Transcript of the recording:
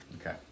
Okay